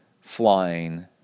flying